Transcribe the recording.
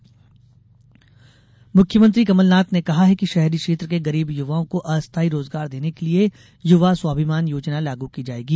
मुख्यमंत्री मुख्यमंत्री कमलनाथ ने कहा है कि शहरी क्षेत्र के गरीब युवाओं को अस्थाई रोजगार देने के लिये युवा स्वाभिमान योजना लागू की जायेगी